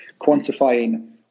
quantifying